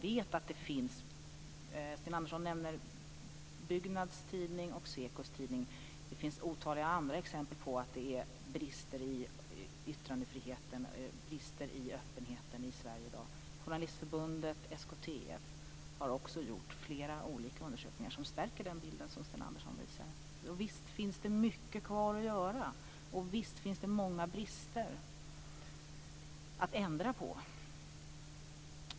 Sten Andersson nämner Byggnads tidning och SEKO:s tidning. Men det finns otaliga andra exempel på att det finns brister i yttrandefriheten och öppenheten i Sverige i dag. Journalistförbundet och SKTF har också gjort flera olika undersökningar som stärker den bild som Sten Andersson visar på. Visst finns det mycket kvar att göra och visst finns det många brister och saker att ändra på.